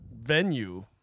venue